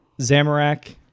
Zamorak